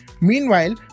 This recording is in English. Meanwhile